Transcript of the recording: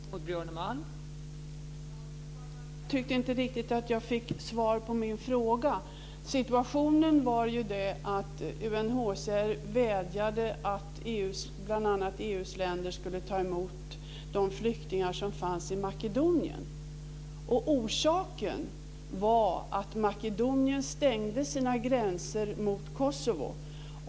Fru talman! Jag tycker inte riktigt att jag fick svar på min fråga. Situationen var ju den att UNHCR vädjade att bl.a. EU:s länder skulle ta emot de flyktingar som fanns i Makedonien. Orsaken var att Makedonien stängde sina gränser mot Kosovo.